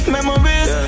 Memories